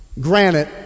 granted